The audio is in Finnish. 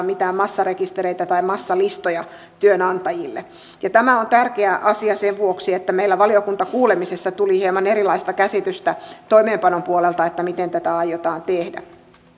mitään massarekistereitä tai massalistoja työnantajille tämä on tärkeä asia sen vuoksi että meillä valiokuntakuulemisessa tuli hieman erilaista käsitystä toimeenpanon puolelta siitä miten tätä aiotaan tehdä